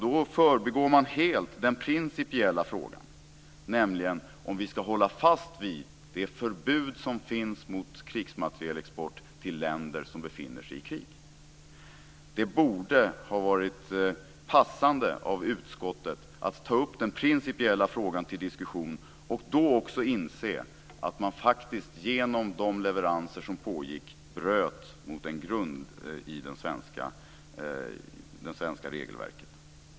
Då förbigår man helt den principiella frågan, nämligen om vi ska hålla fast vid det förbud som finns mot krigsmaterielexport till länder som befinner sig i krig. Det borde ha varit passande för utskottet att ta upp den principiella frågan till diskussion och då också inse att man faktiskt, genom de leveranser som pågick, bröt mot en grund i det svenska regelverket.